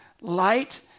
light